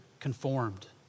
conformed